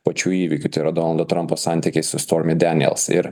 pačių įvykių tai yra donaldo trampo santykiai su stormy daniels ir